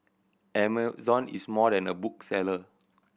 Amazon is more than a bookseller